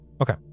Okay